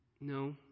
No